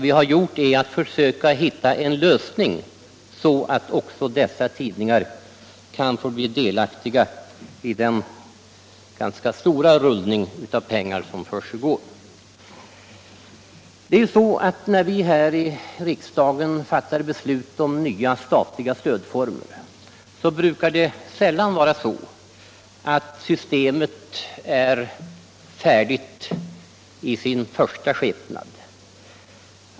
Vi har försökt hitta en lösning så att också dessa tidningar kan bli delaktiga i den ganska stora rullning av pengar som försiggår. När vi här i riksdagen fattar beslut om nya statliga stödformer brukar systemet sällan vara färdigt i sin första skepnad.